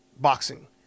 boxing